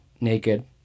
naked